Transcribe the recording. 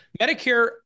Medicare